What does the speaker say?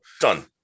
Done